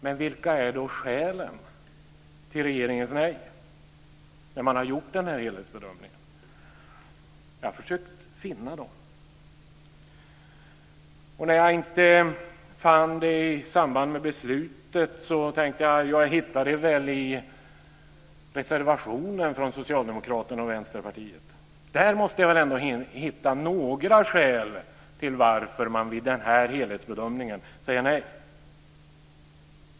Men vilka är då skälen till regeringens nej när man har gjort denna helhetsbedömning? Jag har försökt finna dem. När jag inte fann dem i samband med beslutet tänkte jag att jag skulle hitta dem i reservationen från Socialdemokraterna och Vänsterpartiet. Där måste jag väl ändå hitta några skäl till att man vid denna helhetsbedömning säger nej.